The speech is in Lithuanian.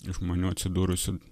žmonių atsidūrusių